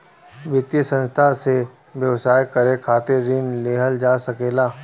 वित्तीय संस्था से व्यवसाय करे खातिर ऋण लेहल जा सकेला